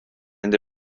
nde